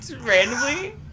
randomly